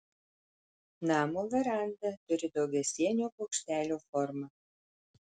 namo veranda turi daugiasienio bokštelio formą